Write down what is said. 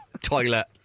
toilet